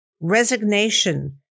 resignation